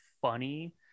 funny